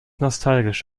nostalgisch